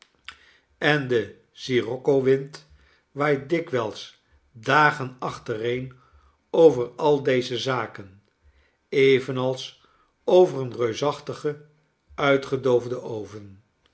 en de s i r o c c o wind waait dikwijls dagen achtereen over al deze zaken evenals over een reusachtigen uitgedoofden oven